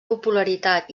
popularitat